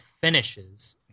finishes